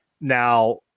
now